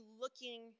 looking